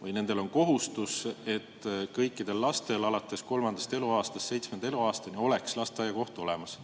või nendel on kohustus, et kõikidel lastel alates kolmandast eluaastast seitsmenda eluaastani oleks lasteaiakoht olemas.